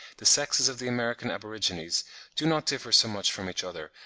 the sexes of the american aborigines do not differ so much from each other,